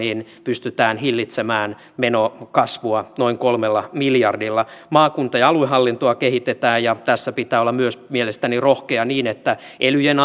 pystytään hillitsemään menokasvua noin kolmella miljardilla maakunta ja aluehallintoa kehitetään ja tässä pitää olla myös mielestäni rohkea niin että elyjen